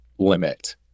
limit